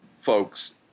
folks